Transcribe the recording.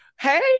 hey